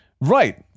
Right